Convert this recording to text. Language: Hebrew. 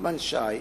נחמן שי,